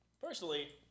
personally